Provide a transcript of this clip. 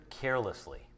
carelessly